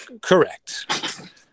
correct